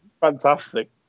fantastic